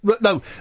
No